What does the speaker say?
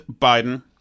Biden